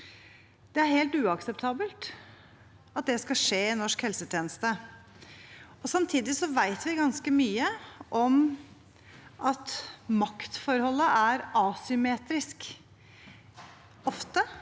Det er helt uakseptabelt at det skjer i norsk helsetjeneste. Samtidig vet vi ganske mye om at maktforholdet ofte er asymmetrisk.